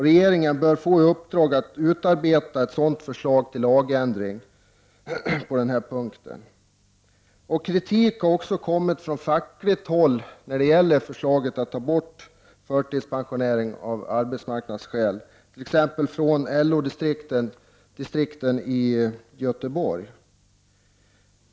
Regeringen bör få i uppdrag att utarbeta förslag till lagändring på den punkten. Kritik har även kommit från fackligt håll mot förslaget att avskaffa förtidspensioneringen av arbetsmarknadsskäl, t.ex. från LO-distriktet i Göteborg.